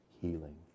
healing